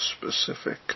specific